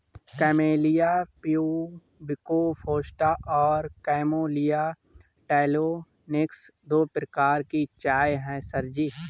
camellia pubicosta और camellia taliensis दो प्रकार की चाय है सर जी